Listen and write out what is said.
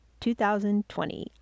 2020